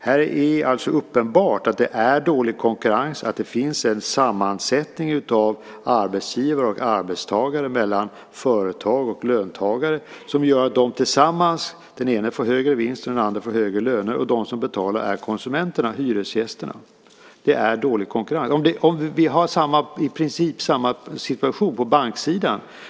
Här är det alldeles uppenbart att det är en dålig konkurrens, att det finns en sammansättning av arbetsgivare och arbetstagare, mellan företag och löntagare, som gör att den ene får högre vinst och den andre får högre lön. De som betalar är konsumenterna, hyresgästerna. Det är dålig konkurrens. I princip har vi samma situation på banksidan.